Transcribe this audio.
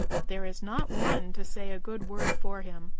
there is not one to say a good word for him.